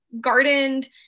gardened